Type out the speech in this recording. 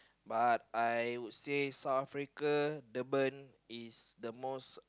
but I would say South Africa Durban is the most